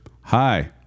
Hi